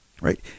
right